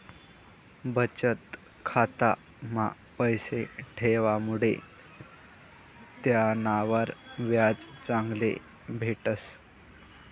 बचत खाता मा पैसा ठेवामुडे त्यानावर व्याज चांगलं भेटस